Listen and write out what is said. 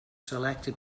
selected